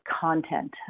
content